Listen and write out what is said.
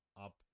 up